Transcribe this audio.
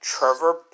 Trevor